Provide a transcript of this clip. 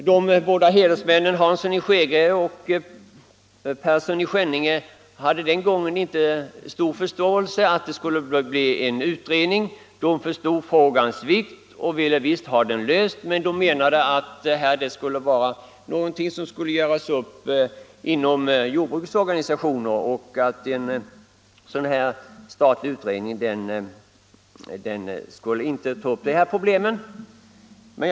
De båda hedersmännen Hansson i Skegrie och Persson i Skänninge hade den gången inte stor förståelse för att det skulle bli en utredning. De förstod frågans vikt och ville visst ha den löst, men de menade att detta skulle göras upp inom jordbrukets organisationer och att en statlig utredning inte skulle ta upp de här problemen.